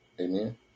Amen